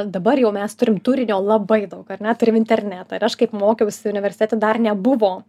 dabar jau mes turim turinio labai daug ar ne turim internetą ir aš kaip mokiausi universitete dar nebuvo